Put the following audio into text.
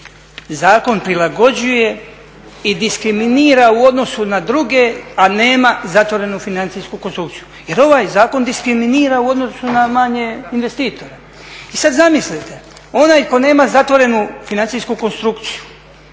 zakon prilagođuje i diskriminira u odnosu na druge, a nema zatvorenu financijsku konstrukciju jer ovaj zakon diskriminira u odnosu na manje investitore. I sad zamislite, onaj tko nema zatvorenu financijsku konstrukciju,